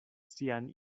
sian